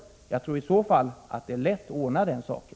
I så fall tror jag att det är lätt att ordna den saken.